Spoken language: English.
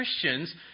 Christians